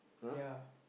ya